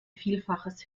vielfaches